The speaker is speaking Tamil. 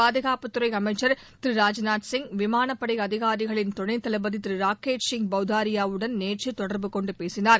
பாதுகாப்புத்துறை அமைச்சர் திரு ராஜ்நாத் சிங் விமானப்படை அதிகாரிகளின் துணை தளபதி திரு ராக்கேஷ் சிங் பட்டூரியாவுடன் நேற்று தொடர்பு கொண்டு பேசினார்